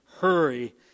hurry